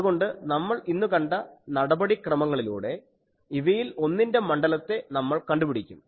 അതുകൊണ്ട് നമ്മൾ ഇന്നു കണ്ട നടപടിക്രമങ്ങളിലൂടെ ഇവയിൽ ഒന്നിന്റെ മണ്ഡലത്തെ നമ്മൾ കണ്ടു പിടിക്കും